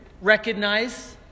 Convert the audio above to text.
recognize